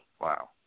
Wow